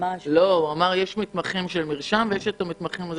כל הסוגיות שהועלו על ידי הדוברים הקודמים נוגעות לי